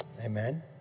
Amen